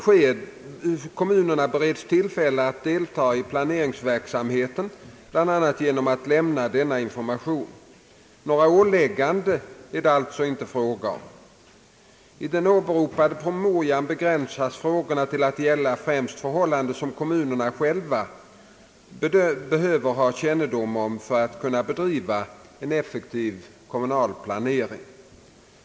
Kommunerna bereds tillfälle att delta i planeringsverksamheten bl.a. genom att lämna denna information. Några ålägganden är det alltså inte fråga om. I den åberopade promemorian begränsas frågorna till att gälla främst förhållanden som kommunerna själva behöver. ha kännedom om för att kunna bedriva en effektiv kommunal planering.